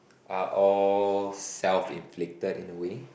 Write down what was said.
are all self inflicted in a way